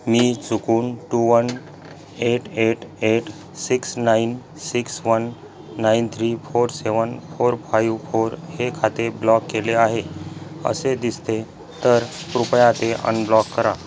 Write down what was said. मी चुकून two one eight eight eight six nine six one nine three four seven four five four हे खाते block केले आहे असे दिसते तर कृपया ते अनब्लॉक करा